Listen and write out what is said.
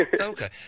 Okay